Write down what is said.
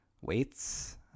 weights